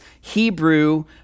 Hebrew